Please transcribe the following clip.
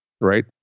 Right